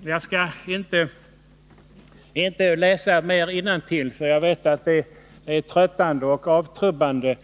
Jag skall inte läsa mer innantill, för jag vet att det är tröttande och avtrubbande.